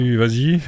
vas-y